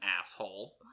asshole